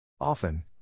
Often